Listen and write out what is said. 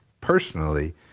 personally